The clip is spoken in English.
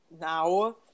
now